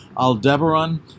Aldebaran